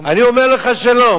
אני אומר לך שלא.